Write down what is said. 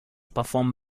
perform